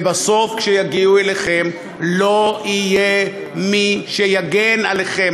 ובסוף כשיגיעו אליכם לא יהיה מי שיגן עליכם.